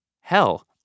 Hell